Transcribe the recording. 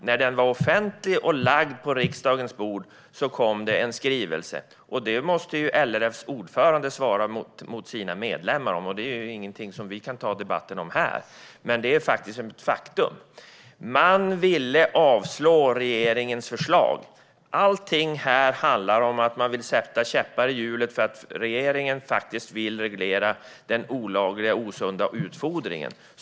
När motionen var offentlig och lagd på riksdagens bord kom det en skrivelse. Detta måste LRF:s ordförande svara på gentemot sina medlemmar. Det är ingenting som vi kan ta i debatten här. Men det är ett faktum. Man ville avslå regeringens förslag. Allting här handlar om att man vill sätta käppar i hjulet för regeringen, som vill reglera den olagliga och osunda utfodringen.